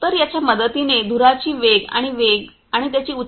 तर याच्या मदतीने धुराची वेग आणि वेग आणि त्याची उच्च वजन वाहून नेण्याची क्षमता